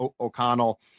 O'Connell